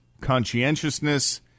conscientiousness